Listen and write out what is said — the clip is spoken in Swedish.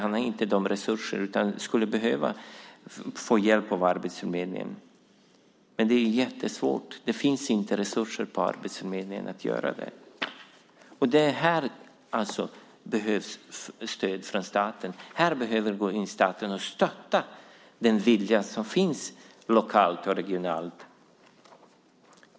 Han har inte de resurserna utan skulle behöva få hjälp av arbetsförmedlingen. Men det är jättesvårt. Det finns inte resurser på arbetsförmedlingen till detta. Här behövs stöd från staten. Här behöver staten gå in och stötta den vilja som finns lokalt och regionalt.